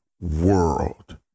world